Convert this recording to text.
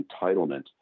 entitlement